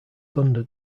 thunder